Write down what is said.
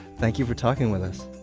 thank you for talking with us.